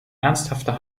ernsthafter